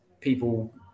people